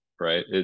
right